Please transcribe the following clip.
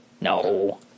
No